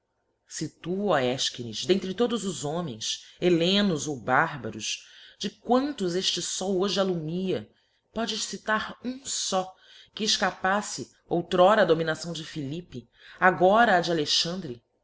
se tu ó efchines d'entre todos os homens helos ou bárbaros de quantos efte foi hoje allumia po citar um fó que efcapaíte outr ora á dominação de ílippe agora á de alexandre